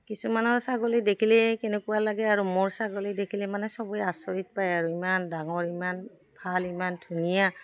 কিছুমানৰ ছাগলী দেখিলেই কেনেকুৱা লাগে আৰু মোৰ ছাগলী দেখিলে মানে চবে আচৰিত পায় আৰু ইমান ডাঙৰ ইমান ভাল ইমান ধুনীয়া